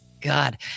God